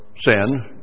sin